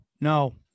No